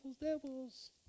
devils